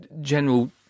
general